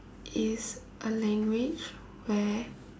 is a language where